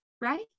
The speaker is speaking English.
right